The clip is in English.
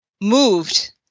moved